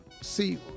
See